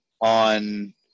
on